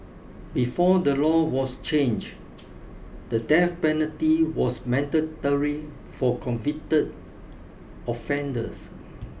before the law was changed the death penalty was mandatory for convicted offenders